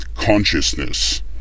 consciousness